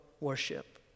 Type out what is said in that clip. worship